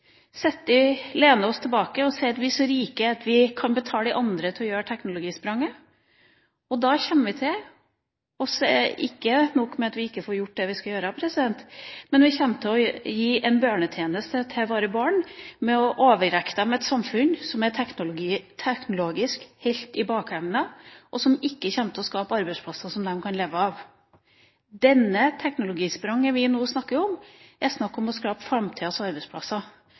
kan betale andre for å gjøre det teknologispranget. Ikke nok med at vi ikke får gjort det vi skal gjøre, men vi kommer til å gjøre våre barn en bjørnetjeneste ved å overrekke dem et samfunn som teknologisk sett er helt i bakevja, og som ikke kommer til å skape arbeidsplasser som de kan leve av. Dette teknologispranget som vi nå snakker om, dreier seg om å skape framtidas arbeidsplasser.